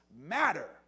matter